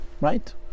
right